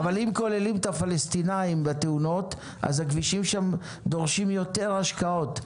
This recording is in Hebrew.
אבל אם כוללים את הפלסטינים בתאונות אז הכבישים שם דורשים יותר השקעות.